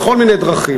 בכל מיני דרכים,